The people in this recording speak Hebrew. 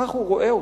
כך הוא רואה אותה,